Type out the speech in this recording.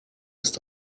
ist